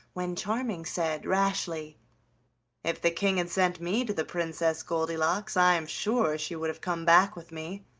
when charming said rashly if the king had sent me to the princess goldilocks i am sure she would have come back with me.